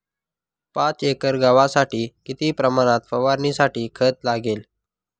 पाच एकर गव्हासाठी किती प्रमाणात फवारणीसाठी खत लागेल?